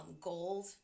gold